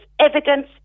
evidence